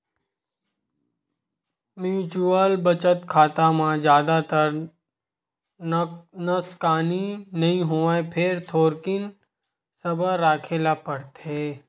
mutual बचत खाता म जादातर नसकानी नइ होवय फेर थोरिक सबर राखे ल परथे